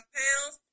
pounds